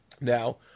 Now